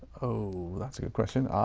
oh, that's a good question.